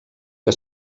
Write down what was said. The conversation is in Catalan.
que